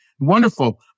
wonderful